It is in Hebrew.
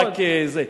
רק זה,